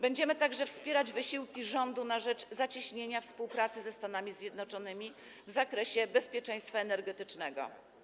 Będziemy także wspierać wysiłki rządu na rzecz zacieśnienia współpracy ze Stanami Zjednoczonymi w zakresie bezpieczeństwa energetycznego.